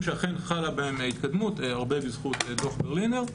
שאכן חלה בהם התקדמות הרבה בזכות דוח ברלינר,